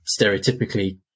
stereotypically